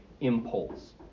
impulse